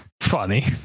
Funny